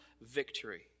victory